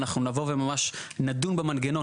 אנחנו נבוא וממש נדון במנגנון.